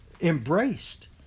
embraced